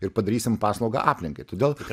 ir padarysim paslaugą aplinkai todėl